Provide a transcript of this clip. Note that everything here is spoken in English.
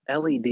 led